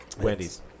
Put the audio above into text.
Wendy's